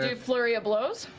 ah flurry of blows.